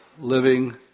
living